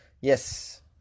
Yes